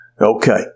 Okay